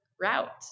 route